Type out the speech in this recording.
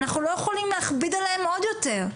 אנחנו לא יכולים להכביד עליהם עוד יותר.